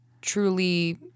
truly